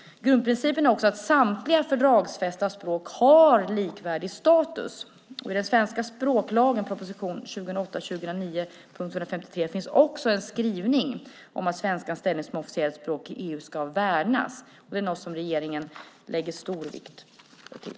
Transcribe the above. Grundprincipen är också att samtliga fördragsfästa språk har likvärdig status. I den svenska språklagen, proposition 2008/09:153, finns också en skrivning om att svenskans ställning som officiellt språk i EU ska värnas. Det är något som regeringen lägger stor vikt vid.